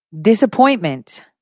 disappointment